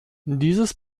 dieses